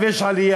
עכשיו יש עלייה,